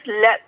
let